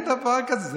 אין דבר כזה,